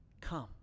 come